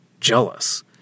jealous